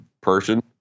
person